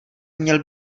měl